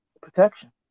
protection